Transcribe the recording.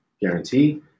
guarantee